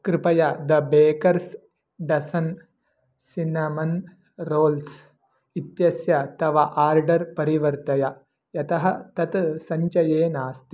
कृपया the Baker's Dozen cinnamon rolls इत्यस्य तव आर्डर् परिवर्तय यतः तत् सञ्चये नास्ति